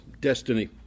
Destiny